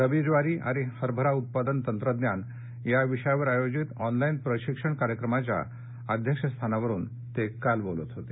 रब्बी ज्वारी आणि हरभरा उत्पादन तंत्रज्ञान या विषयावर आयोजित ऑनलाईन प्रशिक्षण कार्यक्रमाच्या अध्यक्षस्थानावरुन ते काल बोलत होते